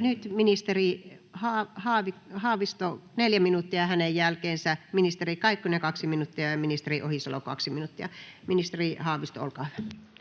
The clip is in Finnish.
Nyt ministeri Haavisto 4 minuuttia ja hänen jälkeensä ministeri Kaikkonen 2 minuuttia ja ministeri Ohisalo 2 minuuttia. — Ministeri Haavisto, olkaa hyvä.